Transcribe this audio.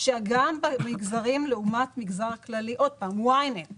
שדף ראשי ב-YNET